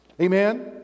Amen